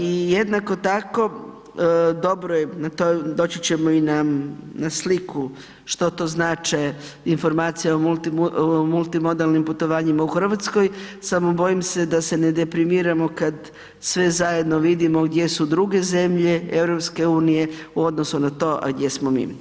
I jednako tako, dobro je, doći ćemo i na, na sliku što to znače informacije o multimodalnim putovanjima u RH, samo bojim se da se ne deprimiramo kad sve zajedno vidimo gdje su druge zemlje EU u odnosu na to gdje smo mi.